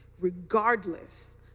regardless